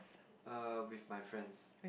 err with my friends